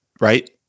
right